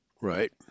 Right